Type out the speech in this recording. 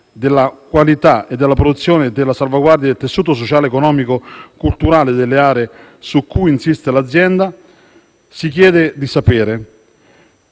della qualità della produzione e della salvaguardia del tessuto sociale, economico e culturale delle aree su cui insiste l'azienda. Si chiede pertanto